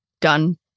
done